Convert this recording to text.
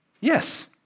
yes